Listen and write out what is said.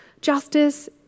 justice